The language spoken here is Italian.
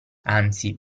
anzi